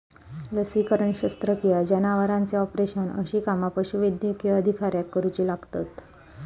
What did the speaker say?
लसीकरण, शस्त्रक्रिया, जनावरांचे ऑपरेशन अशी कामा पशुवैद्यकीय अधिकाऱ्याक करुची लागतत